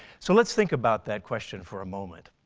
so let's think about that question for a moment.